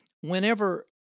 whenever